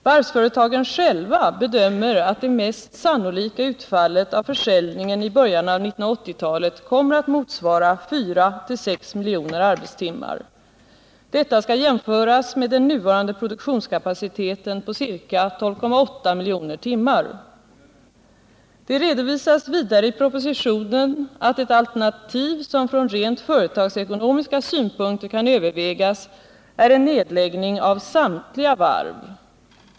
Varvsföretagen själva bedömer att det mest sannolika utfallet av försäljningen i början av 1980-talet kommer att motsvara 4-6 miljoner arbetstimmar. Detta skall jämföras med den nuvarande produktionskapaciteten på ca 12,8 miljoner arbetstimmar. Det redovisas vidare i propositionen att ett alternativ som från rent företagsekonomiska synpunkter kan övervägas är en nedläggning av samtliga varv.